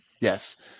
Yes